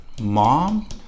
mom